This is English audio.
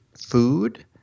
food